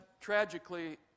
tragically